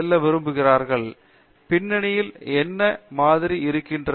பேராசிரியர் அரிந்தமா சிங் பின்னால் என்ன மாதிரி இருக்கிறது